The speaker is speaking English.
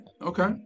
Okay